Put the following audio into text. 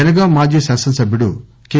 జనగాం మాజీ శాసనసభ్యుడు కె